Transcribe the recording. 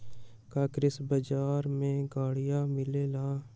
का कृषि बजार में गड़ियो मिलेला?